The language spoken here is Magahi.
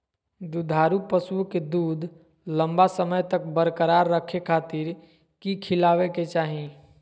दुधारू पशुओं के दूध लंबा समय तक बरकरार रखे खातिर की खिलावे के चाही?